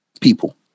People